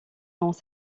dans